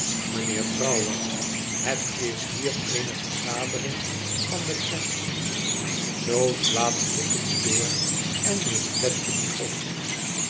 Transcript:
mijnheer brouwer het is hier eene vergadering van de clans zoo slaat tippins door en neemt fledgeby op